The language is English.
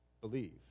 believe